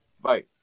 Bye